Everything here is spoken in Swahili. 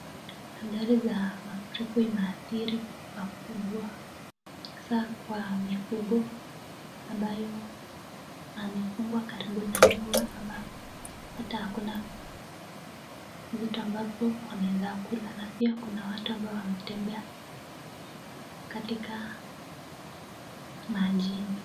Athari za mafuriko imeathiri pakubwa haswa kwa mifugo ambayo amefungwa karibu na nyumba ambayo hata hakuna vitu ambavyo wanaeza kula, na pia kuna watu ambao wametembea katika majini.